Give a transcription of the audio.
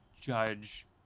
judge